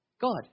God